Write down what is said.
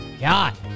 God